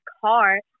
car